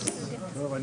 אני